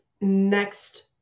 next